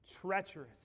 treacherous